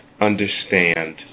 understand